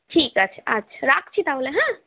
ঠিক আছে আচ্ছা রাখছি তাহলে হ্যাঁ